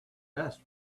best